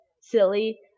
silly